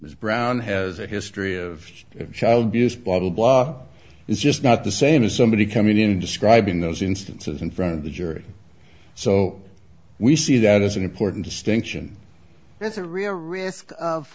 was brown has a history of child abuse but a block is just not the same as somebody coming in describing those instances in front of the jury so we see that as an important distinction that's a real risk of